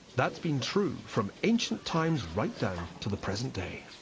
that's been true from ancient times right down to the present day.